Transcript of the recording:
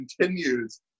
continues